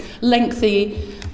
lengthy